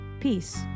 Peace